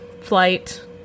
flight